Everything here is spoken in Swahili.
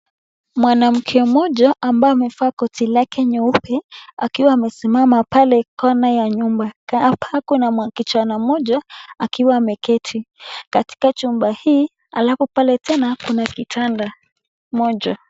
Mwanamke mmoja ambaye amevaa koti lake nyeupe, akiwa amesimama pale kona ya nyumba. Hapa kuna kijana mmoja, akiwa ameketi katika chumba hii. Halafu pale tena kuna kitanda moja.